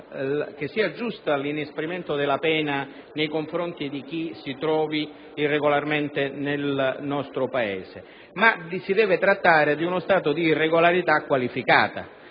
che sia giusto l'inasprimento della pena nei confronti di chi si trova irregolarmente nel nostro Paese, ma si deve trattare di uno stato di irregolarità qualificata.